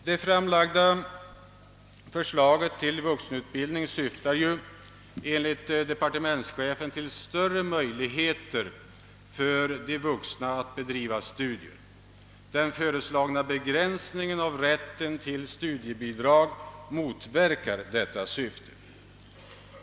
| Det framlagda förslaget till vuxenutbildning syftar ju enligt departementschefen till större möjligheter för de vuxna att bedriva studier. Den föreslagna begränsningen av rätten till studiebidrag motverkar detta syfte.